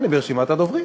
אני ברשימת הדוברים.